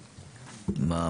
מה,